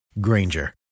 Granger